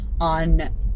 on